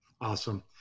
Awesome